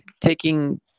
taking